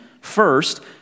First